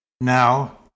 Now